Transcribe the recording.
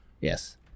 Yes